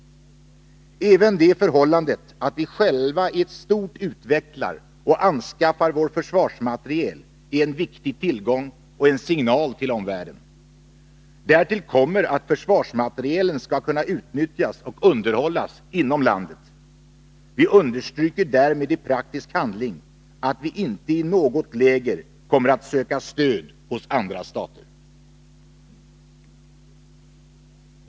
Även det förhållandet att vi själva i stort utvecklar och anskaffar vår försvarsmateriel är en viktig tillgång och en signal till omvärlden. Därtill kommer att försvarsmaterielen skall kunna utnyttjas och underhållas inom landet. Vi understryker därmed i praktisk handling att vi inte i något läge kommer att söka stöd hos andra stater.